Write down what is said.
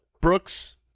Brooks